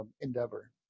endeavor